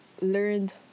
learned